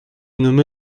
nommé